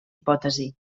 hipòtesi